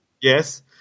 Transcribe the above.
Yes